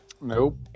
nope